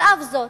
על אף זאת,